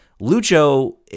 Lucho